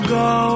go